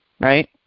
right